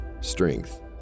strength